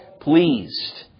pleased